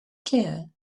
clear